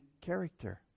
character